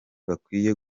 bakwiye